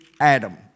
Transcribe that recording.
Adam